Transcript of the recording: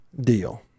deal